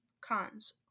Cons